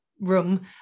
room